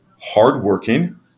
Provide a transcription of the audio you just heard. hardworking